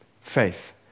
Faith